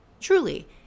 truly